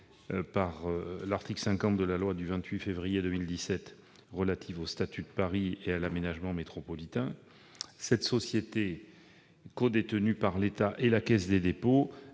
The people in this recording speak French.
par l'article 50 de la loi du 28 février 2017 relative au statut de Paris et à l'aménagement métropolitain. Cette société, codétenue par l'État et la Caisse des dépôts